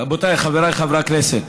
רבותיי חבריי חברי הכנסת,